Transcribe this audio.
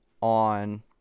on